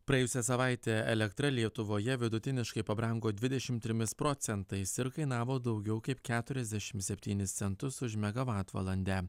praėjusią savaitę elektra lietuvoje vidutiniškai pabrango dvidešim trimis procentais ir kainavo daugiau kaip keturiasdešim septynis centus už megavatvalandę